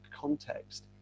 context